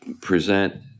present